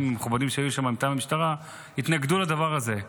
המכובדים שהיו שם מטעם המשטרה התנגדו לדבר הזה.